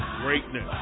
Greatness